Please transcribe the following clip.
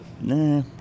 Nah